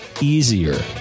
easier